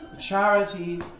charity